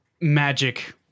magic